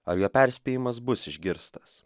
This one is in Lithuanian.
ar jo perspėjimas bus išgirstas